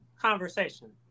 conversation